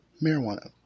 Marijuana